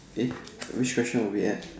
eh which question were we at